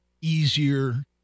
easier